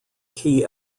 key